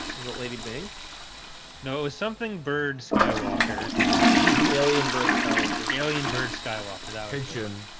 it lady byng know something bird skywalker alien bird skywalker alien bird skywalker that pigeon